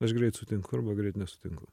aš greit sutinku arba greit nesutinku